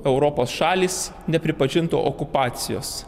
europos šalys nepripažintų okupacijos